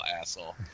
asshole